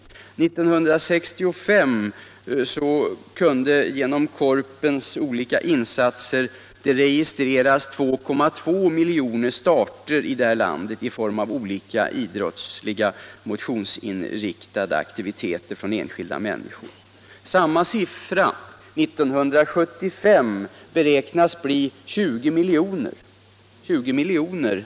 År 1965 kunde det genom Korpens olika insatser registreras 2,2 miljoner starter i olika idrottsliga, motionsinriktade aktiviteter från enskilda människor i det här landet. Samma siffra beräknas för 1975 bli 20 miljoner.